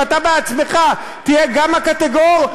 שאתה בעצמך תהיה גם הקטגור,